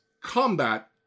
combat